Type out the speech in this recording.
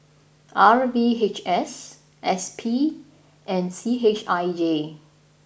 R V H S S P and C H I J